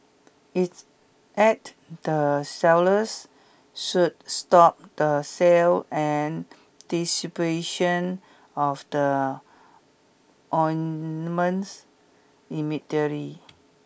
it's added the sellers should stop the sale and distribution of the ointments immediately